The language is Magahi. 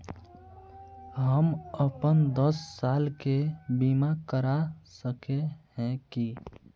हम अपन दस साल के बीमा करा सके है की?